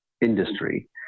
industry